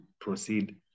proceed